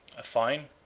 a fine,